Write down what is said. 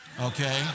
Okay